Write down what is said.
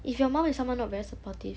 if your mom is someone not very supportive